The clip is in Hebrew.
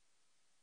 (אישורים רגולטוריים